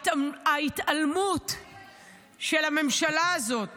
ההתעלמות של הממשלה הזאת